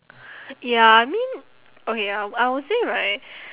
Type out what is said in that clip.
ya I mean okay ya I would say right